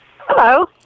Hello